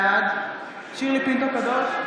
בעד שירלי פינטו קדוש,